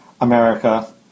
America